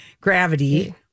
gravity